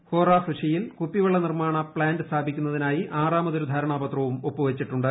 ഹോ റാഫുഷിയിൽ കുപ്പിവെള്ള നിർമ്മാണ പ്താന്റ് സ്ഥാപിക്കുന്നതിനായി ആറാമതൊരു ്ധാരണാ പത്രവും ഒപ്പുവച്ചിട്ടുണ്ട്